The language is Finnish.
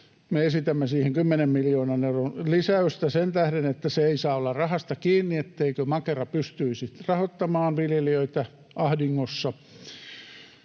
esitämme siihen 10 miljoonan euron lisäystä sen tähden, että se ei saa olla rahasta kiinni, etteikö Makera pystyisi rahoittamaan viljelijöitä ahdingossa,